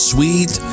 Sweet